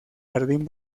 jardín